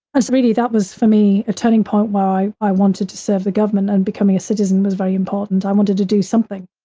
ah so really, that was, for me, a turning point where i i wanted to serve the government and becoming a citizen was very important. i wanted to do something.